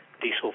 diesel